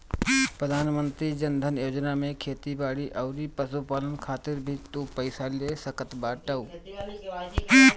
प्रधानमंत्री जन धन योजना से खेती बारी अउरी पशुपालन खातिर भी तू पईसा ले सकत बाटअ